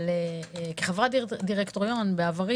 כחברת דירקטוריון בעבר,